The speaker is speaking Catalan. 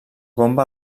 bomba